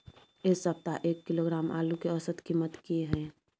ऐ सप्ताह एक किलोग्राम आलू के औसत कीमत कि हय?